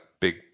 big